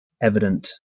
evident